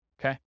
Okay